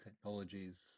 technologies